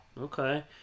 Okay